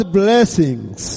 blessings